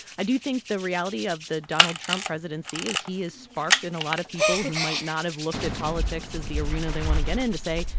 i do think the reality of the donald trump presidency is he has sparked in a lot of people who might not have looked at politics as the arena they want to get in to say,